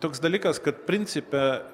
toks dalykas kad principe